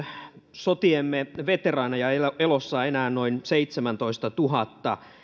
sotiemme veteraaneja elossa enää noin seitsemäntoistatuhatta